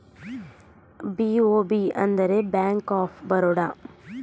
BOB ಅಂದರೆ bank of Baroda